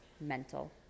mental